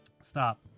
stop